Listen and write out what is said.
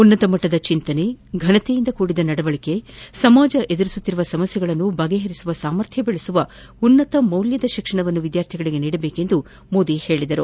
ಉನ್ನತ ಮಟ್ಸದ ಚಿಂತನೆ ಘನತೆಯಿಂದ ಕೂಡಿದ ನಡವಳಿಕೆ ಸಮಾಜ ಎದುರಿಸುತ್ತಿರುವ ಸಮಸ್ಯೆಗಳನ್ನು ಬಗೆಹರಿಸುವ ಸಾಮರ್ಥ್ಯ ಬೆಳೆಸುವ ಉನ್ನತ ಮೌಲ್ಯದ ಶಿಕ್ಷಣವನ್ನು ವಿದ್ಯಾರ್ಥಿಗಳಿಗೆ ನೀಡಬೇಕು ಎಂದು ಮೋದಿ ಹೇಳಿದರು